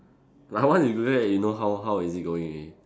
my one is great you know how how is it going already